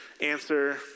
Answer